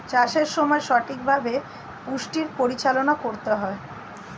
চাষের সময় সঠিকভাবে পুষ্টির পরিচালনা করতে হয়